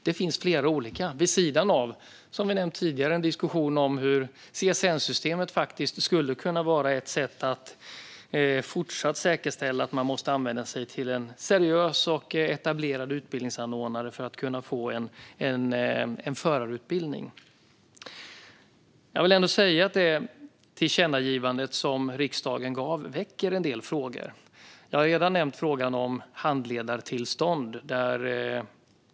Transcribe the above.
Det finns flera olika vid sidan av, som vi nämnt tidigare, en diskussion om hur CSN-systemet skulle kunna vara ett sätt att fortsätta att säkerställa att man måste vända sig till en seriös och etablerad utbildningsanordnare för att få en förarutbildning. Jag vill ändå säga att tillkännagivandet från riksdagen väcker en del frågor. Jag har redan nämnt frågan om handledartillstånd.